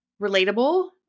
relatable